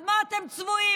אז אתם צבועים.